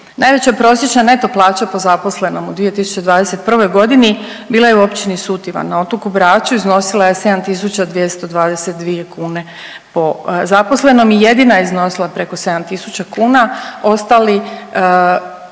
Najveća prosječna neto plaća po zaposlenom u 2021. g. bila je u općini Sutivan na otoku Braču, iznosila je 7222 kn po zaposlenom i jedina je iznosila preko 7 tisuća